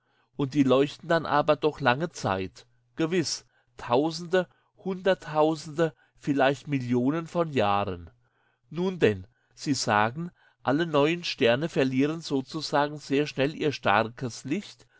und die leuchten dann aber doch lange zeit gewiß tausende hunderttausende vielleicht millionen von jahren nun denn sie sagen alle neuen sterne verlieren sozusagen sehr schnell ihr starkes licht